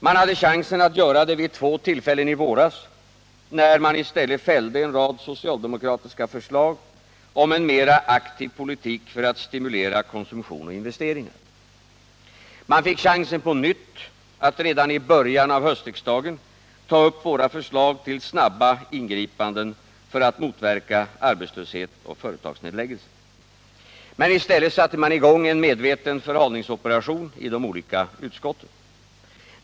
Man hade chansen att göra det vid två tillfällen i våras, när man i stället fällde en rad socialdemokratiska förslag om en mera aktiv politik för att stimulera konsumtion och investeringar. Man fick chansen på nytt att redan i början av höstriksdagen ta upp våra förslag till snabba ingripanden för att motverka arbetslöshet och företagsnedläggelser. Men i stället satte man i gång en medveten förhalningsoperation i de olika utskotten.